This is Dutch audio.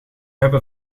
hebben